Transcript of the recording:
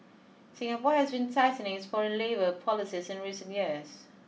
Singapore has been tightening its foreign labour policies in recent years